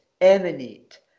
emanate